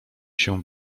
się